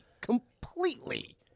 completely